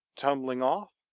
tumbling off?